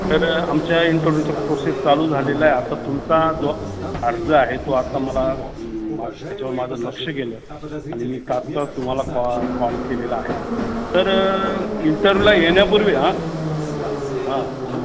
तर आमच्या इंटरव्यूच्या प्रोसेस चालू झालेला आहे आता तुमचा जो अर्ज आहे तो आता मला मा त्याच्यावर माझं लक्ष गेलं आणि मी तात्काळ तुम्हाला कॉ कॉल केलेला आहे तर इंटरव्यूला येण्यापूर्वी हां हां